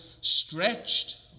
stretched